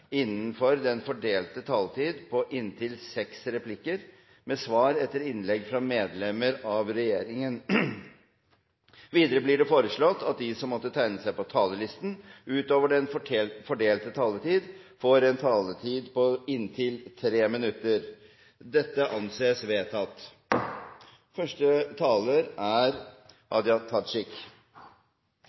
innenfor den fordelte taletid. Videre blir det foreslått at de som måtte tegne seg på talerlisten utover den fordelte taletid, får en taletid på inntil 3 minutter. – Det anses vedtatt. Ingen justispolitikk kan lindra sorga etter tapet av ein ein er